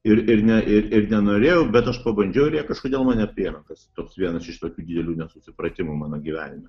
ir ir ne ir ir nenorėjau bet aš pabandžiau ir jie kažkodėl mane priėmė kas toks vienas iš tokių didelių nesusipratimų mano gyvenime